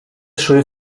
szły